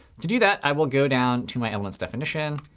to do that, i will go down to my elements definition.